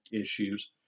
issues